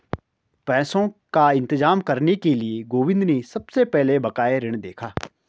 पैसों का इंतजाम करने के लिए गोविंद ने सबसे पहले बकाया ऋण देखा